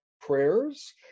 prayers